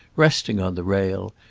resting on the rail,